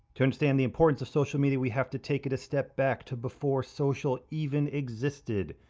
to understand the importance of social media, we have to take it a step back to before social even existed.